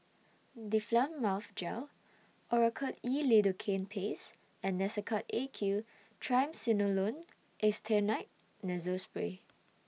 Difflam Mouth Gel Oracort E Lidocaine Paste and Nasacort A Q Triamcinolone Acetonide Nasal Spray